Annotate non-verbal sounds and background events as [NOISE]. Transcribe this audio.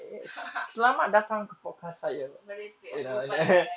[LAUGHS] merepek ah berbual ah